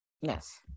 Yes